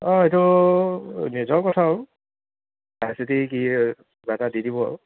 অঁ এইটো নিজৰ কথা আৰু চাই চিতি কি কিবা এটা দি দিব আৰু